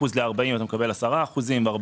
35% 40% אתה מקבל 10%, אם זה